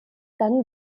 dann